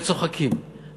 וצוחקים.